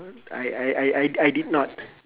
I I I I I did not